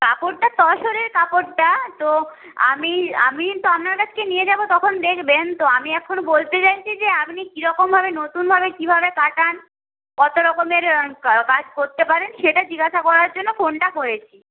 কাপড়টা তসরের কাপড়টা তো আমি আমি তো আপনার কাছকে নিয়ে যাব তখন দেখবেন তো আমি এখন বলতে চাইছি যে আপনি কীরকম ভাবে নতুনভাবে কীভাবে কাটান কত রকমের কাজ করতে পারেন সেটা জিজ্ঞাসা করার জন্য ফোনটা করেছি